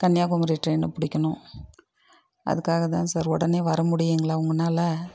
கன்னியாகுமரி ட்ரெயினை பிடிக்கணும் அதுக்காக தான் சார் உடனே வர முடியுங்களா உங்கனால்